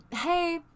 Hey